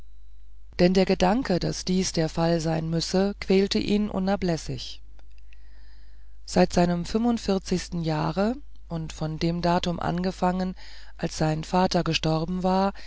denn der gedanke daß dies der fall sein müsse quälte ihn unablässig seit seinem fünfundvierzigsten jahre und von dem datum angefangen als sein vater gestorben war